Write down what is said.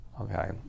Okay